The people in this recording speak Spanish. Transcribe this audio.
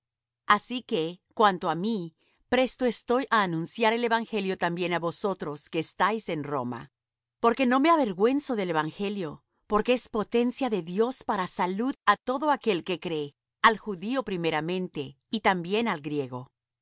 así que cuanto á mí presto estoy á anunciar el evangelio también á vosotros que estáis en roma porque no me avergüenzo del evangelio porque es potencia de dios para salud á todo aquel que cree al judío primeramente y también al griego